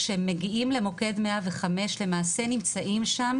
כשהם מגיעים למוקד 105 למעשה נמצאים שם